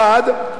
מצד אחד,